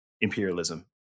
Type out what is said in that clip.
imperialism